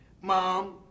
Mom